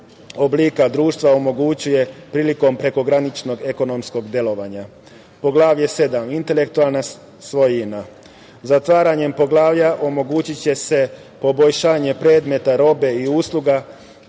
oblika društva omogućava prilikom prekograničnog ekonomskog delovanja. Poglavlje 7, intelektualna svojina, zatvaranjem poglavlja omogućiće se poboljšanje predmeta, robe i usluga,